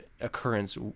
occurrence